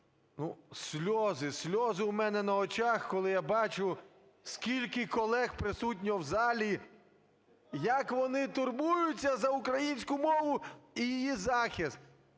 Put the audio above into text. Ну, сльози, сльози у мене на очах, коли я бачу, скільки колег присутні в залі, як вони турбуються за українську мову і її захист.